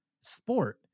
sport